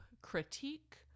critique